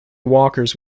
walkers